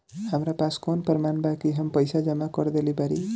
हमरा पास कौन प्रमाण बा कि हम पईसा जमा कर देली बारी?